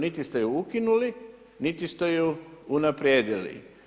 Niti ste ju ukinuli, niti ste ju unaprijedili.